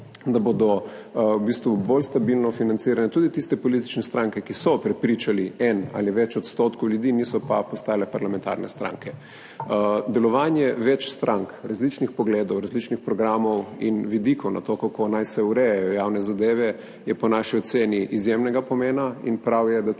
v bistvu bolj stabilno financirane tudi tiste politične stranke, ki so prepričali en ali več odstotkov ljudi, niso pa postale parlamentarne stranke. Delovanje več strank različnih pogledov, različnih programov in vidikov na to, kako naj se urejajo javne zadeve, je po naši oceni izjemnega pomena in prav je, da tudi